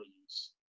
use